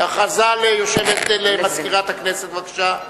הודעה למזכירת הכנסת, בבקשה.